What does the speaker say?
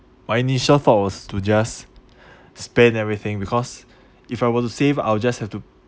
my initial thought was to just spend everything because if I were to save I will just have to